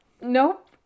Nope